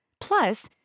Plus